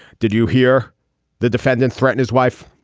did you hear the defendant threaten his wife.